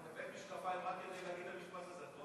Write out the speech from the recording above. שהבאת משקפיים רק כדי להגיד את המשפט הזה.